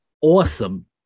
awesome